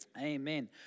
Amen